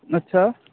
अच्छा